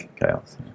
Chaos